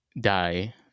die